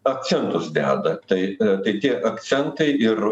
akcentus deda tai tai tie akcentai ir